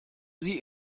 sie